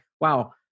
wow